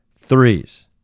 threes